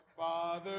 Father